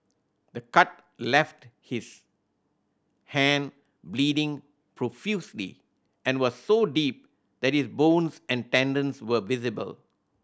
the cut left his hand bleeding profusely and was so deep that his bones and tendons were visible